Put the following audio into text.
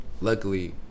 luckily